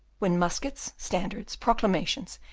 when muskets, standards, proclamations,